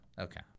Okay